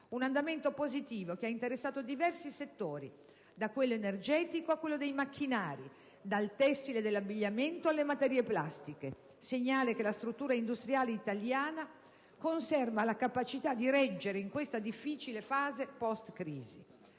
andamento positivo ha interessato diversi settori, da quello energetico a quello dei macchinari, dal tessile dell'abbigliamento alle materie plastiche: segnale che la struttura industriale italiana conserva la capacità di reggere in questa difficile fase post-crisi,